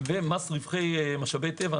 ומס רווחי משאבי טבע.